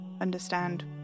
understand